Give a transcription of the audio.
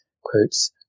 Quotes